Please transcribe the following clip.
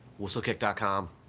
Whistlekick.com